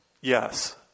Yes